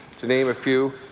to name a few.